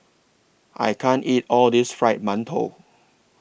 I can't eat All of This Fried mantou